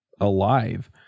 alive